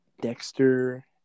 Dexter